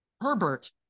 Herbert